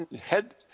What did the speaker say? head